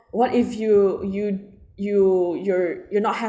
what if you you you you're you're not hap~